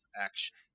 action